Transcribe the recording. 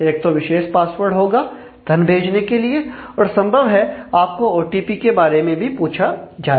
एक तो विशेष पासवर्ड होगा धन भेजने के लिए और संभव है कि आपको ओटीपी के बारे में भी पूछा जाए